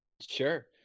sure